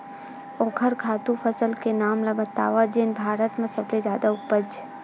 ओखर खातु फसल के नाम ला बतावव जेन भारत मा सबले जादा उपज?